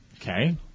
Okay